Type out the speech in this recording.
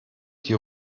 die